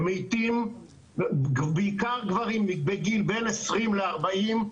מתים בעיקר גברים בגילאי 40-20,